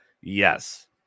Yes